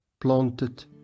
planted